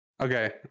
Okay